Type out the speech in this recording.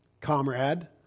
Comrade